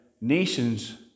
nations